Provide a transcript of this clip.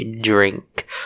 drink